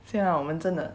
现在我们真的